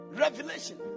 Revelation